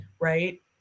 right